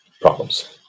problems